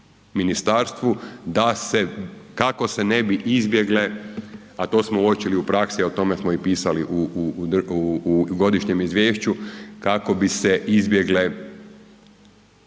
da se kako se ne bi izbjegle a to smo uočili u praksi a o tome smo i pisali u godišnjem izvješću, kako bi se izbjegle